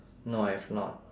no I have not